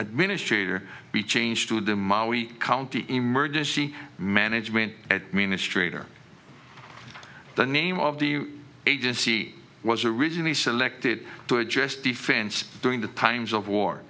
administrator be changed to demolish county emergency management at mena st or the name of the agency was originally selected to address defense during the times of war